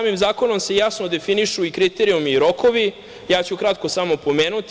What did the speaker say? Samim zakonom se jasno definišu i kriterijumi i rokovi, ja ću kratko pomenuti.